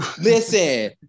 listen